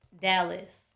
Dallas